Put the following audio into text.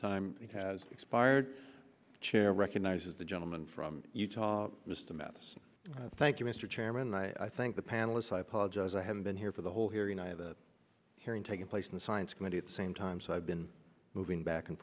time has expired chair recognizes the gentleman from utah mr mets thank you mr chairman and i think the panelists i apologize i haven't been here for the whole hearing neither hearing taking place in the science committee at the same time so i've been moving back and